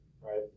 right